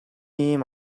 ийм